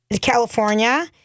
California